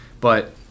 But-